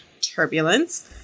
turbulence